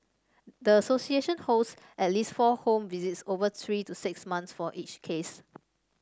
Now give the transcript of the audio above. the association holds at least four home visits over three to six months for each case